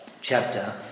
chapter